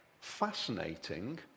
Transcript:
fascinating